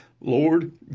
Lord